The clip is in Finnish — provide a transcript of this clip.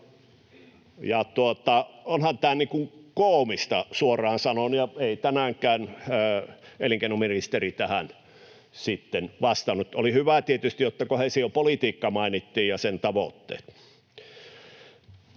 Onhan tämä koomista, suoraan sanon, ja ei tänäänkään elinkeinoministeri tähän sitten vastannut. Oli hyvä tietysti, että koheesiopolitiikka ja sen tavoitteet